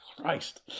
Christ